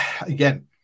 Again